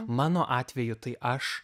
mano atveju tai aš